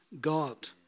God